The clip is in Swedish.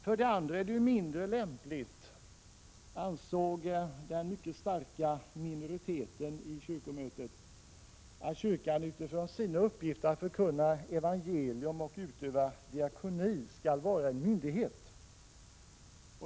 För det andra är det mindre lämpligt, ansåg den mycket starka minoriteten vid kyrkomötet, att kyrkan utifrån sin uppgift att förkunna evangelium och utöva diakoni skall vara en myndighet.